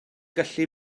gallu